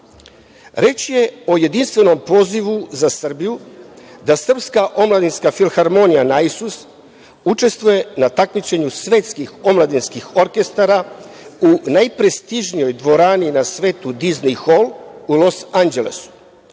Reč je o jedinstvenom pozivu za Srbiju, da srpska omladinska filharmonija „Naisus“ učestvuje na takmičenju svetskih omladinskih orkestara u najprestižnijoj dvorani na svetu „Dizni hol“ u Los Anđelesu.